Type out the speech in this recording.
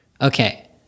Okay